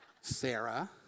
Sarah